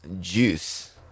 juice